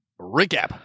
Recap